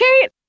kate